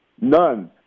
None